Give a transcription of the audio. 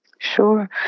Sure